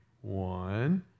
One